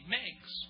makes